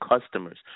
customers